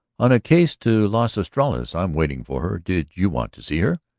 on a case to las estrellas. i'm waiting for her. did you want to see her?